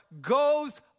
goes